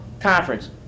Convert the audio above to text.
Conference